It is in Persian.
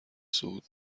صعود